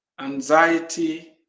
Anxiety